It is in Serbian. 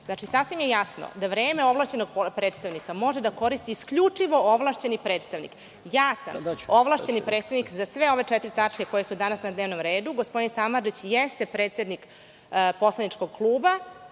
obrazloženje. Sasvim je jasno da vreme ovlašćenog predstavnika može da koristi isključivo ovlašćeni predstavnik. Ja sam ovlašćeni predstavnik za sve ove četiri tačke koje su danas na dnevnom redu. Gospodin Samardžić jeste predsednik poslaničkog kluba,